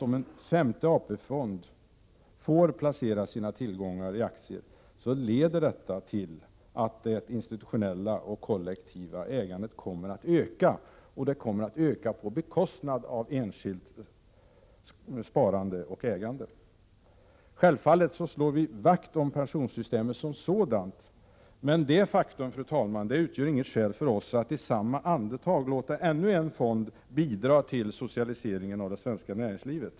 Om en femte AP-fond får placera sina tillgångar i aktier, statsrådet Johansson, leder detta givetvis till att det institutionella och kollektiva ägandet kommer att öka — och detta på bekostnad av enskilt sparande och ägande. Fru talman! Vi slår självfallet vakt om pensionssystemet som sådant. Men detta faktum utgör inget skäl för oss att i samma andetag låta ännu en fond bidra till socialiseringen av det svenska näringslivet.